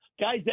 guys